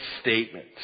statement